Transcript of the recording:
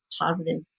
positive